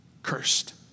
Cursed